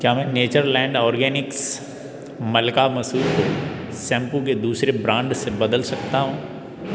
क्या मैं Natureland Organics मलका मसूर को शैंपू के दूसरे ब्रांड से बदल सकता हूँ